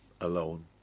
alone